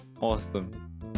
awesome